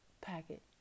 packet